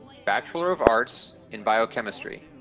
bachelor of arts in biochemistry,